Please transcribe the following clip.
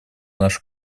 нашу